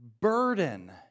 burden